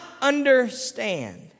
understand